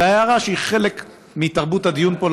אלא הערה שהיא חלק מתרבות הדיון פה.